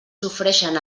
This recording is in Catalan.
sofreixen